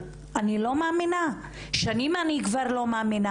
באמת, אני לא מאמינה, שנים אני כבר לא מאמינה.